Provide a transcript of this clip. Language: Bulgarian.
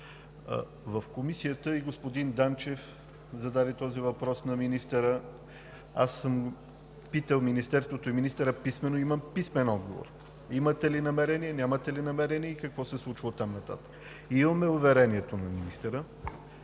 В Комисията и господин Данчев зададе този въпрос на министъра, аз съм питал Министерството и министъра писмено и имам писмен отговор: имате ли намерение, нямате ли намерение и какво се случва оттам нататък. Имаме уверението на министъра,